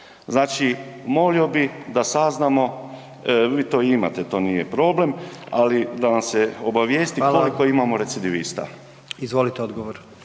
Znači, molio bi da saznamo, vi to imate, to nije problem, ali da nas se obavijesti koliko imamo …/Upadica: Hvala/…recidivista?